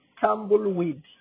tumbleweed